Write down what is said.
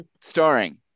Starring